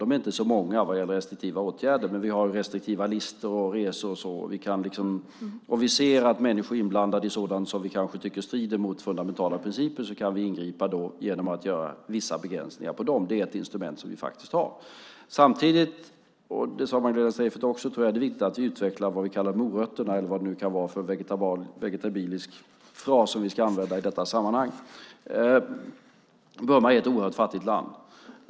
De är inte många vad gäller restriktiva åtgärder, men vi har dock restriktiva listor, resor och sådant, och om vi ser att människor är inblandade i sådant som vi kanske tycker strider mot fundamentala principer kan vi ingripa genom att göra vissa begränsningar där. Det är ett instrument som vi faktiskt har. Samtidigt är det viktigt, som Magdalena Streijffert sade, att vi utvecklar morötterna, eller vad det nu kan vara för vegetabiliskt ord vi ska använda i detta sammanhang. Burma är ett oerhört fattigt land.